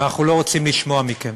ואנחנו לא רוצים לשמוע מכם.